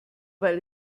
weil